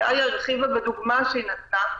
ואיה הרחיבה בדוגמה שהיא נתנה,